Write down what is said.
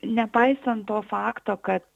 nepaisant to fakto kad